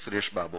Suresh Babu